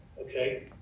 okay